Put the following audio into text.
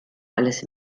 alles